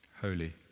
holy